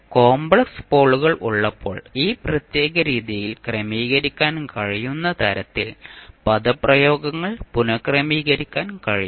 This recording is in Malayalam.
അതിനാൽ കോമ്പ്ലെക്സ് പോളുകൾ ഉള്ളപ്പോൾ ഒരു പ്രത്യേക രീതിയിൽ ക്രമീകരിക്കാൻ കഴിയുന്ന തരത്തിൽ പദപ്രയോഗങ്ങൾ പുനക്രമീകരിക്കാൻ കഴിയും